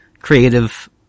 creative